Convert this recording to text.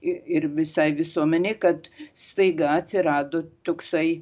ir visai visuomenei kad staiga atsirado toksai